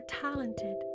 talented